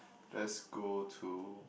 let's go to